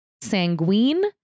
sanguine